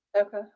Okay